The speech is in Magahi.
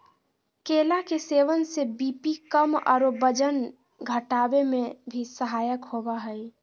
केला के सेवन से बी.पी कम आरो वजन घटावे में भी सहायक होबा हइ